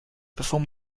perform